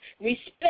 respect